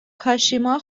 کاشیما